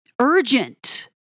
urgent